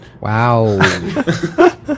Wow